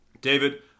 David